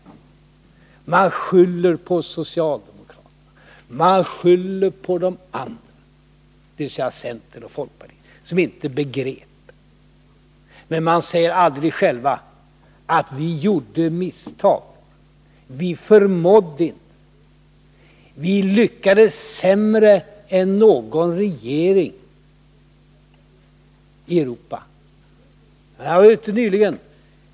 Moderaterna skyller på socialdemokratin, och de skyller på de andra, dvs. center och folkparti, som inte begrep. Men de säger aldrig: Vi gjorde misstag, vi förmådde inte, vi lyckades sämre än någon annan regering i Europa.